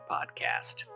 Podcast